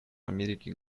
америки